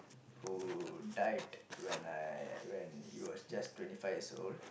who died when I when he was just twenty five years old